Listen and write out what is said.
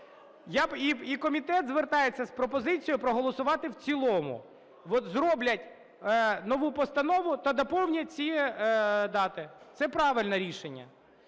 І комітет звертається з пропозицією проголосувати в цілому. От зроблять нову постанову та доповнять ці дати – це правильне рішення.